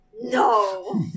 No